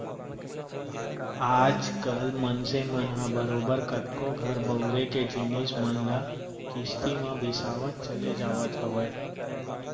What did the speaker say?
आज कल मनसे मन ह बरोबर कतको घर बउरे के जिनिस मन ल किस्ती म बिसावत चले जावत हवय